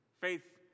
Faith